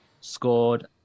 scored